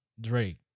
Drake